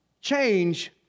change